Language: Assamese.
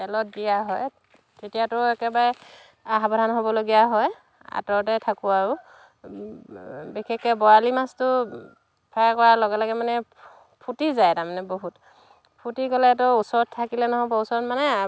তেলত দিয়া হয় তেতিয়াতো একেবাৰে সাৱধান হ'বলগীয়া হয় আঁতৰতে থাকোঁ আৰু বিশেষকৈ বৰালি মাছটো ফ্ৰাই কৰাৰ লগে লগে মানে ফুটি যায় তাৰ মানে বহুত ফুটি গ'লেতো ওচৰত থাকিলে ন'হব ওচৰত মানে